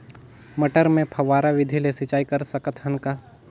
मटर मे फव्वारा विधि ले सिंचाई कर सकत हन का?